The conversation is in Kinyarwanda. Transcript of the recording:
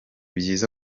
byiza